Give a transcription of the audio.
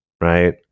right